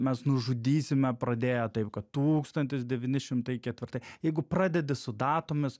mes nužudysime pradėję taip kad tūkstantis devyni šimtai ketvirtai jeigu pradedi su datomis